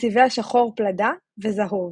לצבעי השחור פלדה וזהוב,